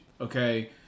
Okay